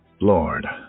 Lord